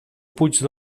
puig